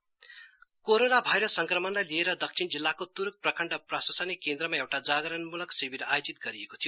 corona south corona virus संक्रमणलाई लिएर दक्षिण जिल्लाको तुरूक प्रखण्ड प्रशासनिक केन्द्रमा एउटा जागरणमूलक शिविर आयोजित गरिएको थियो